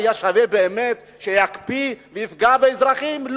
זה היה שווה באמת שיקפיא ויפגע באזרחים?